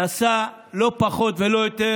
נשא לא פחות ולא יותר